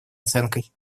оценкой